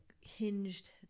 hinged